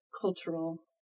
cultural